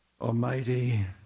Almighty